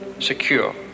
secure